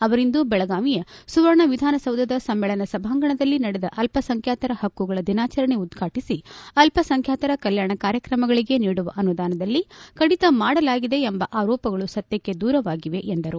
ಅವರಿಂದು ಬೆಳಗಾವಿಯ ಸುವರ್ಣ ವಿಧಾನಸೌಧದ ಸಮ್ಮೇಳನ ಸಭಾಂಗಣದಲ್ಲಿ ನಡೆದ ಅಲ್ಪಸಂಖ್ಯಾತರ ಪಕ್ಕುಗಳ ದಿನಾಚರಣೆ ಉದ್ಘಾಟಿಸಿ ಅಲ್ಪಸಂಖ್ಯಾತರ ಕಲ್ಕಾಣ ಕಾರ್ಯಕ್ರಮಗಳಿಗೆ ನೀಡುವ ಅನುದಾನದಲ್ಲಿ ಕಡಿತ ಮಾಡಲಾಗಿದೆ ಎಂಬ ಆರೋಪಗಳು ಸತ್ವಕ್ಕೆ ದೂರವಾಗಿವೆ ಎಂದರು